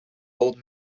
old